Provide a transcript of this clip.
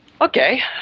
Okay